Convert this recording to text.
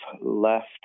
left